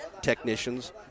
technicians